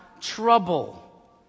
trouble